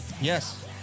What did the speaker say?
Yes